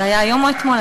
זה היה היום או אתמול?